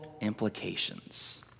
implications